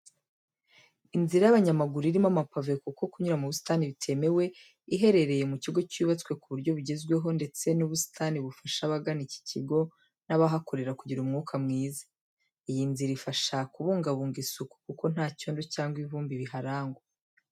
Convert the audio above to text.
Inzira y'abanyamaguru, irimo amapave kuko kunyura mu busitani bitemewe, iherereye mu kigo cyubatswe ku buryo bugezweho, ndetse n'ubusitani bufasha abagana iki kigo n'abahakorera kugira umwuka mwiza. Iyi nzira ifasha kubungabunga isuku kuko nta cyondo cyangwa ivumbi biharangwa.